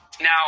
Now